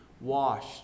washed